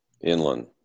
inland